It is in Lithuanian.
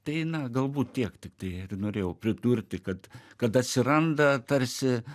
tai na galbūt tiek tiktai ir norėjau pridurti kad kada atsiranda tarsi